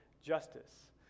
justice